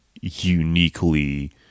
uniquely